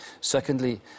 Secondly